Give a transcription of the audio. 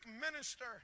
minister